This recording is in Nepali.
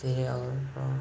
त्यही हो